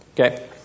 Okay